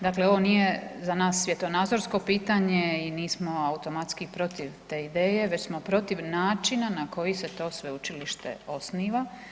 Dakle ovo nije za nas svjetonazorsko pitanje i nismo automatski protiv te ideje već smo protiv načina na koji se to sveučilište osniva.